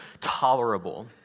tolerable